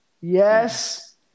Yes